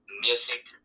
music